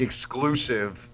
exclusive